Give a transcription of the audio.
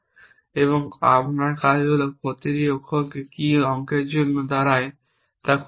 এবং আপনার কাজ হল প্রতিটি অক্ষরটি কী অঙ্কের জন্য দাঁড়ায় তা খুঁজে বের করা